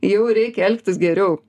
jau reikia elgtis geriau